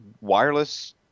wireless